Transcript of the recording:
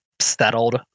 settled